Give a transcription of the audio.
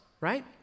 right